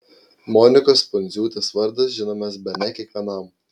monikos pundziūtės vardas žinomas bene kiekvienam